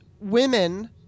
women